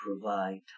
provide